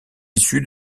issu